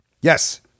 Yes